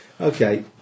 Okay